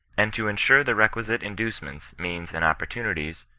and to insure the requisite in ducements, means, and opportunities,